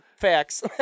facts